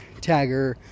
tagger